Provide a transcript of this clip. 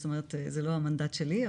זאת אומרת, זה לא המנדט שלי.